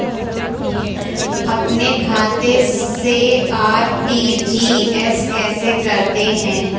अपने खाते से आर.टी.जी.एस कैसे करते हैं?